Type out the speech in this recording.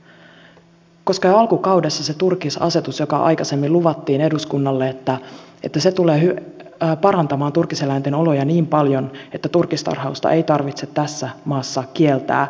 jo alkukaudella kaadettiin se turkisasetus josta aikaisemmin luvattiin eduskunnalle että se tulee parantamaan turkiseläinten oloja niin paljon että turkistarhausta ei tarvitse tässä maassa kieltää